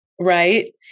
Right